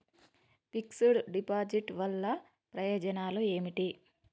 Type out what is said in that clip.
Fix డ్ deposit వల్ల ప్రయోజనాలు ఏమిటి?